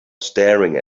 staring